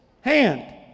hand